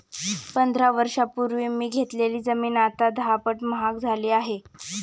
पंधरा वर्षांपूर्वी मी घेतलेली जमीन आता दहापट महाग झाली आहे